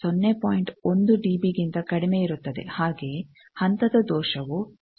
1 ಡಿಬಿಗಿಂತ ಕಡಿಮೆಯಿರುತ್ತದೆ ಹಾಗೆಯೇ ಹಂತದ ದೋಷವು 0